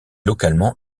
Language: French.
localement